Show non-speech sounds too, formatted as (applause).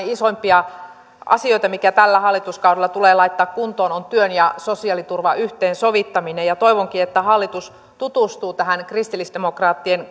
(unintelligible) isoimpia asioita mikä tällä hallituskaudella tulee laittaa kuntoon onkin työn ja sosiaaliturvan yhteensovittaminen toivonkin että hallitus tutustuu tähän kristillisdemokraattien (unintelligible)